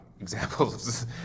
examples